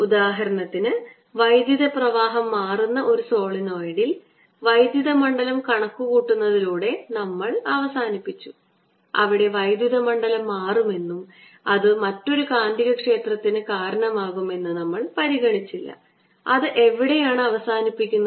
ഉദാഹരണത്തിന് വൈദ്യുത പ്രവാഹം മാറുന്ന ഒരു സോളിനോയിഡിൽ വൈദ്യുത മണ്ഡലം കണക്കുകൂട്ടുന്നതിലൂടെ നമ്മൾ അവസാനിപ്പിച്ചു അവിടെ വൈദ്യുത മണ്ഡലം മാറുമെന്നും അത് മറ്റൊരു കാന്തികക്ഷേത്രത്തിന് കാരണമാകും എന്ന് നമ്മൾ പരിഗണിച്ചില്ല അത് എവിടെയാണ് അവസാനിപ്പിക്കുന്നത്